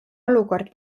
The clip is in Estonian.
olukord